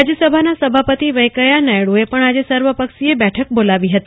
રાજ્યસભાના સભાપતિ વેકેયા નાયડૂએ પણ આજે સર્વપક્ષીય બેઠક યોજાઈ હતી